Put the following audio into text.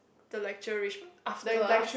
the lecturer reached after us